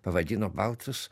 pavadino baltus